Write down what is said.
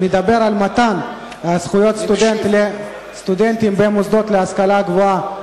מדבר על מתן זכויות סטודנט לסטודנטים במוסדות להשכלה גבוהה,